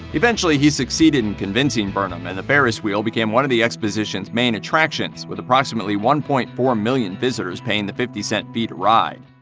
eventually, he succeeded in convincing burnham, and the ferris wheel became one of the exposition's main attractions, with approximately one point four million visitors paying the fifty cent fee to ride.